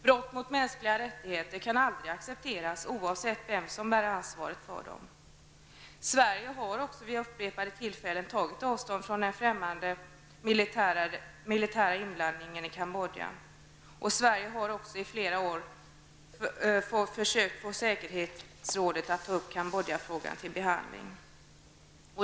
Brott mot mänskliga rättigheter kan aldrig accepteras, oavsett vem som bär ansvaret för dem. Vidare har Sverige vid upprepade tillfällen tagit avstånd från den främmande militära inblandningen i Kambodja. Sverige har också i flera år försökt få säkerhetsrådet att ta upp Kambodjafrågan till behandling.